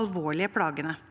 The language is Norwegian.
alvorlige plagene.